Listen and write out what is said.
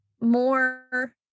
more